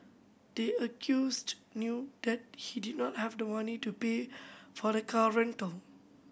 the accused knew that he did not have the money to pay for the car rental